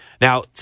now